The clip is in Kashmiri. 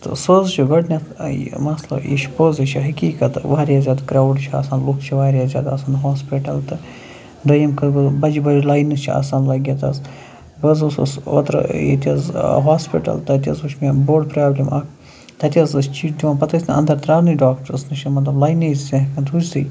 تہٕ سُہ حظ چھِ گۄڈنٮ۪تھ یہِ مسلہٕ یہِ چھِ پوٚز یہِ چھِ حقیٖقت واریاہ زیادٕ کرٛاوُڈ چھِ آسان لُکھ چھِ واریاہ زیادٕ آسان ہاسپِٹَل تہٕ دوٚیِم کَتھ گوٚو بَجہِ بَجہِ لاینہٕ چھِ آسان لٔگِتھ حظ بہٕ حظ اوسُس اوترٕ ییٚتہِ حظ ہاسپِٹل تَتہِ حظ وُچھ مےٚ بوٚڑ پرٛابلِم اَکھ تَتہِ حظ ٲسۍ چِٹھۍ دِوان پَتہٕ ٲسۍ نہٕ اندَر ترٛاونٕے ڈاکٹرٛس نِش یا مطلب لاینہِ ٲسۍ نہٕ ہیٚکان روٗزتھٕے